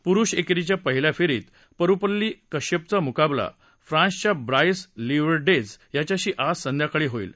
पुरुष एकेरीच्या पहिल्या फेरीत परुपल्ली कश्यपचा मुकाबला फ्रान्सच्या ब्राईस लीवर्डेज याच्याशी आज संध्याकाळी होईल